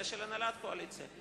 אלא של הנהלת הקואליציה.